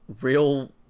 real